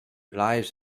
lies